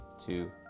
two